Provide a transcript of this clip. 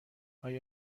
آیا